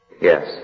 Yes